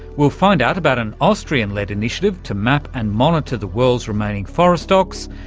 we'll find out about an austrian-led initiative to map and monitor the world's remaining forest stocks.